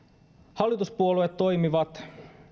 hallituspuolueet toimivat